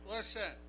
Listen